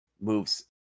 moves